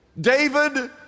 David